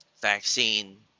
vaccine